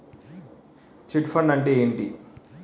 Chit fund అంటే ఏంటి?